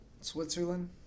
Switzerland